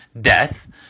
Death